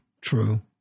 true